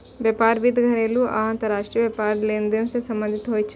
व्यापार वित्त घरेलू आ अंतरराष्ट्रीय व्यापार लेनदेन सं संबंधित होइ छै